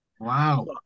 wow